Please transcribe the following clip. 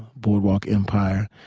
boardwalk empire,